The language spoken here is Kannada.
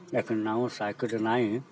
ಯಾಕಂದ್ರೆ ನಾವು ಸಾಕಿದ ನಾಯಿ